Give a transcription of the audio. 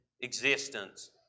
existence